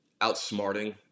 outsmarting